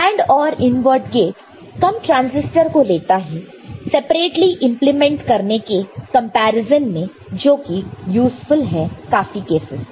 AND OR invert gate कम transistor को लेता है सेपरेटली इंप्लीमेंट करने के कंपैरिजन में जो कि यूज़फुल है काफी केसेस में